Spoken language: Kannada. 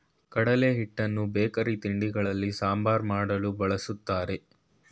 ಕಡಲೆ ಹಿಟ್ಟನ್ನು ಬೇಕರಿ ತಿಂಡಿಗಳಲ್ಲಿ, ಸಾಂಬಾರ್ ಮಾಡಲು, ಬಳ್ಸತ್ತರೆ